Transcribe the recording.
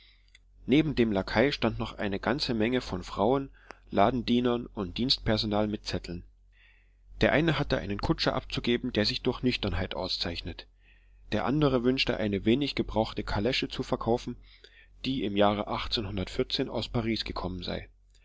neben dem lakai stand noch eine ganze menge von frauen ladendienern und dienstpersonal mit zetteln der eine hatte einen kutscher abzugeben der sich durch nüchternheit auszeichnet der andere wünschte eine wenig gebrauchte kalesche zu verkaufen die im jahre aus paris gekommen sei